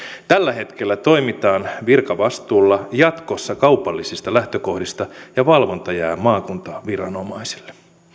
tällä hetkellä toimitaan virkavastuulla jatkossa kaupallisista lähtökohdista ja valvonta jää maakuntaviranomaisille